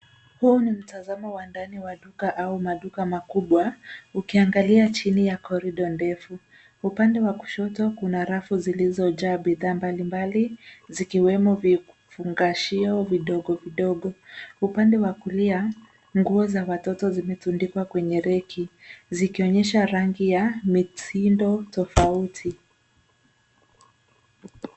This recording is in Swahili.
Huo ni mtazamo wa ndani wa duka au maduka makubwa ukiangalia chini ya corridor ndefu. Upande wa kushoto kuna rafu zilizojaa bidhaa mbalimbali zikiwemo vifungashio vidogo, vidogo. Upande wa kulia, nguo za watoto zimetundikwa kwenye rack zikionyesha rangi ya mitindo tofauti.